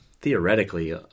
theoretically